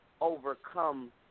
overcome